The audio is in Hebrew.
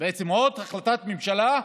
בעצם עוד החלטת ממשלה,